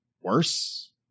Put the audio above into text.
worse